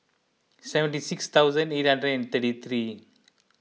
seventy six thousand eight hundred and thirty three